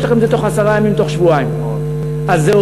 יש להם בתוך עשרה ימים,